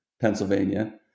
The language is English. Pennsylvania